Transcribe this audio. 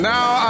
Now